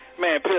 man